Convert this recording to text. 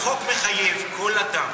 החוק מחייב כל אדם